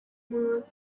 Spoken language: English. mark